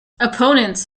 opponents